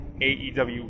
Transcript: AEW